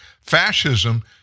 Fascism